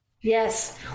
Yes